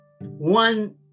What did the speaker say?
One